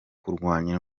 kurwanya